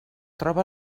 troba